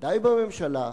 בוודאי בממשלה,